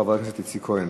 חבר הכנסת איציק כהן.